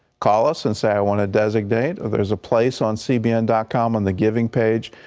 call us and say, i wanna designate, or there's a place on cbn dot com on the giving page,